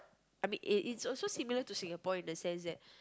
I mean it it's also similar to Singapore in the sense that